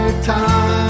time